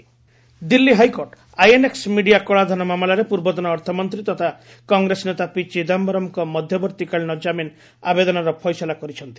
court Chidambaram Delhi high court INX media କଳାଧନ ମାମଲାରେ ପୂର୍ବତନ ଅର୍ଥମନ୍ତ୍ରୀ ତଥା କଂଗ୍ରେସ ନେତା ପି ଚିଦାୟରମ୍ଙ୍କ ମଧ୍ୟବର୍ତ୍ତୀକାଳୀନ ଜାମିନ୍ ଆବେଦନର ଫଇସଲା କରିଛନ୍ତି